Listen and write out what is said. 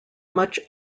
much